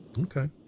Okay